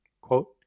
Quote